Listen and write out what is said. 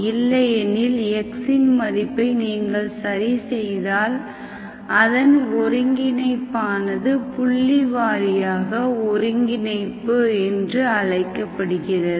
இல்லையெனில் x இன்மதிப்பை நீங்கள் சரி செய்தால் அதன் ஒருங்கிணைப்பானது புள்ளி வாரியாக ஒருங்கிணைப்பு என்று அழைக்கப்படுகிறது